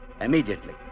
immediately